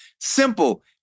simple